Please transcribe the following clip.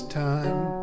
time